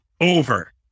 over